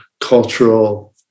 cultural